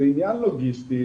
זה עניין לוגיסטי,